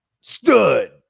Stood